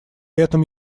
этом